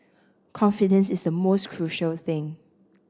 confidence is the most crucial thing